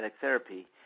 therapy